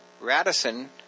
Radisson